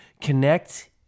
connect